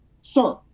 Sir